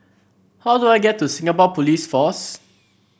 how do I get to Singapore Police Force